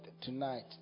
tonight